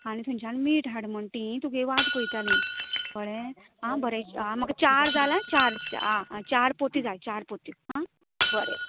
आनी थंयच्यान मीठ हाड म्हण तीय तुगे वाट पळयतलीं कळ्ळें आं बरें आं म्हाका चार घाल आं चार आं चार पोती जाय चार पोत्यो आं बरें